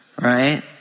right